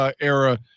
era